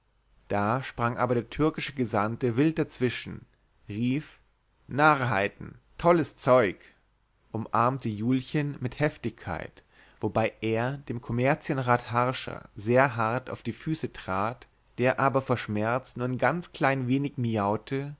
da sprang aber der türkische gesandte wild dazwischen rief narrheiten tolles zeug umarmte julchen mit heftigkeit wobei er dem kommerzienrat harscher sehr hart auf die füße trat der aber vor schmerz nur ein ganz klein wenig miaute